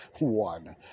one